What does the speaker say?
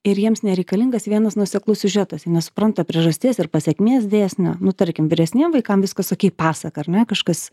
ir jiems nereikalingas vienas nuoseklus siužetas jie nesupranta priežasties ir pasekmės dėsnio nu tarkim vyresniem vaikam viskas pasaka ar ne kažkas